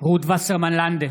רות וסרמן לנדה,